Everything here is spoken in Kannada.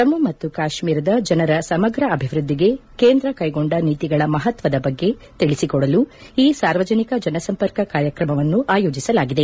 ಜಮ್ಮು ಮತ್ತು ಕಾಶ್ಚೀರದ ಜನರ ಸಮಗ್ರ ಅಭಿವ್ವದ್ದಿಗೆ ಕೇಂದ್ರ ಕೈಗೊಂಡ ನೀತಿಗಳ ಮಹತ್ವದ ಬಗ್ಗೆ ತಿಳಿಸಿಕೊಡಲು ಈ ಸಾರ್ವಜನಿಕ ಜನಸಂಪರ್ಕ ಕಾರ್ಯಕ್ರಮವನ್ನು ಆಯೋಜಿಸಲಾಗಿದೆ